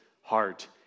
heart